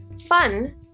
fun